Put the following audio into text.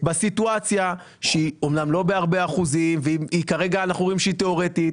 בסיטואציה שהיא אמנם לא בהרבה אחוזים וכרגע אנחנו אומרים שהיא תיאורטית,